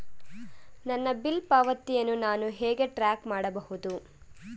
ನನ್ನ ಬಿಲ್ ಪಾವತಿಯನ್ನು ನಾನು ಹೇಗೆ ಟ್ರ್ಯಾಕ್ ಮಾಡಬಹುದು?